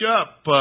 up